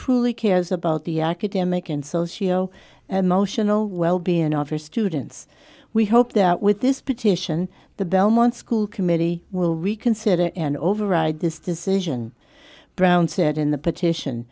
truly cares about the academic and socio and motional well be an obvious students we hope that with this petition the belmont school committee will reconsider and override this decision brown said in the petition